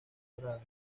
doradas